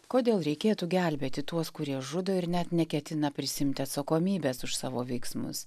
kodėl reikėtų gelbėti tuos kurie žudo ir net neketina prisiimti atsakomybės už savo veiksmus